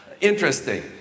interesting